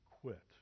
quit